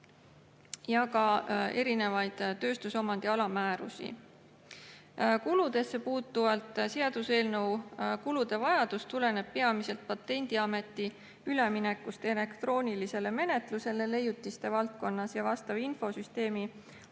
ja ka erinevaid tööstusomandi alamäärusi. Kuludesse puutuvast. Seaduseelnõuga [kaasnev] kulude vajadus tuleneb peamiselt Patendiameti üleminekust elektroonilisele menetlusele leiutiste valdkonnas. Vastav infosüsteemi